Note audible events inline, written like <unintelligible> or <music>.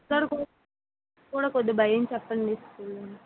<unintelligible> కూడా కొంచం భయం చెప్పండి స్కూల్లోని